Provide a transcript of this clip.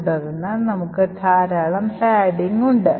തുടർന്ന് നമുക്ക് ധാരാളം പാഡിംഗ് ഉണ്ട്